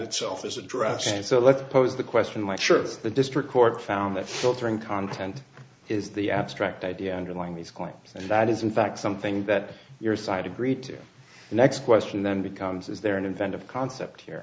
itself is addressing so let's pose the question why sure of the district court found that filtering content is the abstract idea underlying these coins and that is in fact something that your side agreed to the next question then becomes is there an inventive concept here